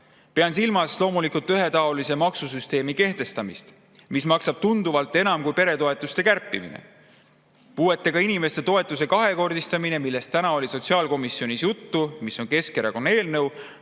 Pean silmas loomulikult ühetaolise maksusüsteemi kehtestamist, mis maksab tunduvalt enam kui peretoetuste kärpimine. Puuetega inimeste toetuse kahekordistamine, millest täna oli sotsiaalkomisjonis juttu, mis on Keskerakonna eelnõu,